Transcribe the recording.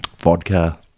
Vodka